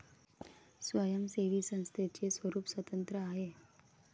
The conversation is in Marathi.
स्वयंसेवी संस्थेचे स्वरूप स्वतंत्र आहे